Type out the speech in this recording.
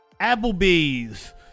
Applebee's